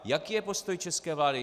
Jaký je postoj české vlády?